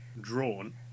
drawn